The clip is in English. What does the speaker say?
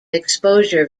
exposure